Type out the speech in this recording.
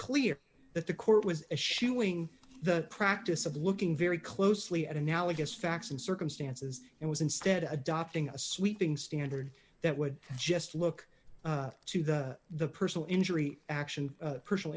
clear that the court was issuing the practice of looking very closely at analogous facts and circumstances and was instead adopting a sweeping standard that would just look to the the personal injury action personal